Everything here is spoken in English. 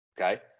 Okay